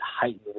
heightened